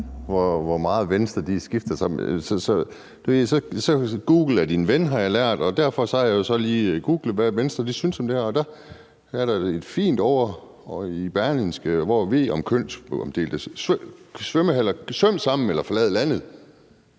hvor meget Venstre skifter. Google er din ven, har jeg lært. Derfor har jeg jo lige googlet, hvad Venstre synes om det her. Der er en fin overskrift i Berlingske: »V om kønsopdelte svømmehaller: Svøm sammen - eller forlad landet«.